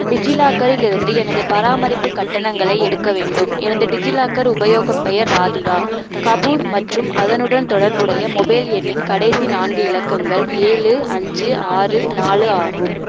டிஜிலாக்கரில் இருந்து எனது பராமரிப்பு கட்டணங்களை எடுக்க வேண்டும் எனது டிஜிலாக்கர் உபயோகப் பெயர் ராதிகா கபூர் மற்றும் அதனுடன் தொடர்புடைய மொபைல் எண்ணின் கடைசி நான்கு இலக்கங்கள் ஏழு அஞ்சு ஆறு நாலு ஆகும்